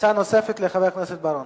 הצעה נוספת לחבר הכנסת בר-און.